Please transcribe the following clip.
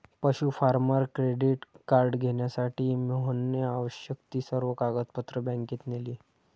पशु farmer credit card घेण्यासाठी मोहनने आवश्यक ती सर्व कागदपत्रे बँकेत नेली